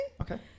Okay